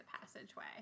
passageway